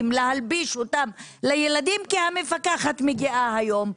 להלביש אותם לילדים כי המפקחת מגיעה היום,